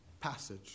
passage